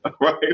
right